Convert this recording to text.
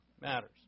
matters